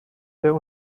der